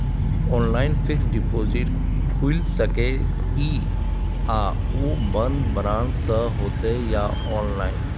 Online fixed deposit खुईल सके इ आ ओ बन्द ब्रांच स होतै या ऑनलाइन?